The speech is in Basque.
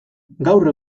gaur